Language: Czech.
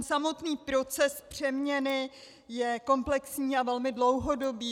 Samotný proces přeměny je komplexní a velmi dlouhodobý.